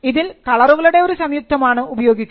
ഇതിൽ കളറുകളുടെ ഒരു സംയുക്തമാണ് ഉപയോഗിക്കുന്നത്